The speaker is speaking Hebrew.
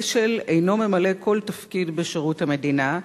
אשל אינו ממלא כל תפקיד בשירות המדינה,